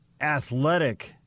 athletic